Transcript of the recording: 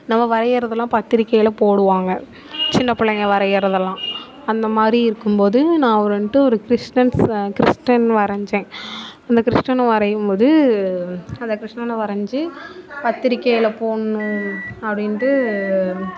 நம்ம வரையறதுல்லாம் பத்திரிக்கையில் போடுவாங்க சின்ன பிள்ளைங்க வரைகிறதல்லாம் அந்த மாதிரி இருக்கும் போது நான் வந்துட்டு ஒரு கிருஷ்ணன் கிருஷ்ணன் வரைஞ்சேன் அந்த கிருஷ்ணன் வரையும் போது அந்த கிருஷ்ணனை வரைஞ்சி பத்திரிகையில் போடணும் அப்படின்ட்டு